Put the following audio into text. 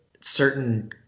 certain